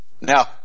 Now